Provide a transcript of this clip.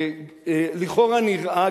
לכאורה נראה,